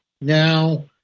now